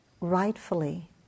rightfully